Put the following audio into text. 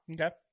Okay